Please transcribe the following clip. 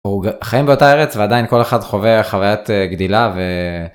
חיים באותה ארץ ועדיין כל אחד חווה חוויית גדילה ו...